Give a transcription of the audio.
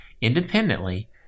independently